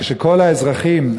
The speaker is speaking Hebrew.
כשכל האזרחים,